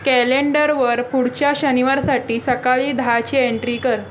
कॅलेंडरवर पुढच्या शनिवारसाठी सकाळी दहाची एंट्री कर